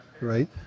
right